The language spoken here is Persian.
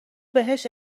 بهش